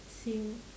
same